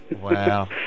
Wow